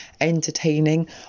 entertaining